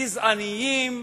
גזעניים,